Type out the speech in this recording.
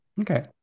Okay